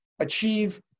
achieve